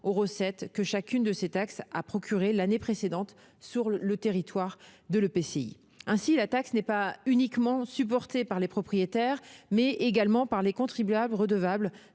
aux recettes que chacune de ces taxes a procurées l'année précédente sur le territoire de l'EPCI. Ainsi, la taxe n'est pas uniquement supportée par les propriétaires, mais elle est également supportée par les contribuables redevables